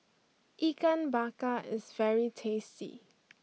Ikan Bakar is very tasty